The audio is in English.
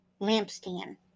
lampstand